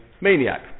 maniac